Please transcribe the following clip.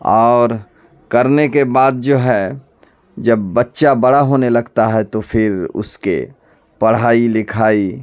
اور کرنے کے بعد جو ہے جب بچہ بڑا ہونے لگتا ہے تو پھر اس کے پڑھائی لکھائی